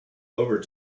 over